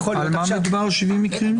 על מה מדובר ב-70 מקרים?